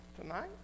tonight